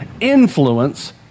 influence